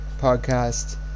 podcast